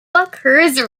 occurs